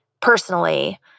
personally